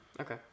Okay